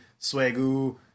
Swagoo